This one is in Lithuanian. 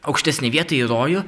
aukštesnę vietą į rojų